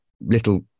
little